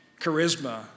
charisma